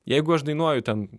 jeigu aš dainuoju ten